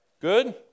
Good